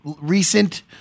recent